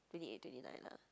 twenty eight twenty nine lah